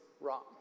wrong